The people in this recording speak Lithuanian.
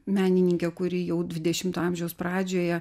menininkė kuri jau dvidešimto amžiaus pradžioje